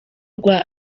rwa